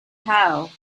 tell